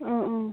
অঁ অঁ